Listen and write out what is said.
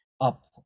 up